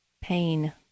pain